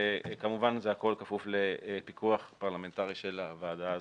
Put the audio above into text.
וכמובן שהכול כפוף לפיקוח פרלמנטרי של הוועדה הזו.